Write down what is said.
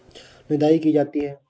निदाई की जाती है?